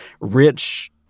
rich